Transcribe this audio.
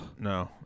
no